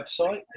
website